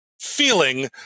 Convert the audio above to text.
feeling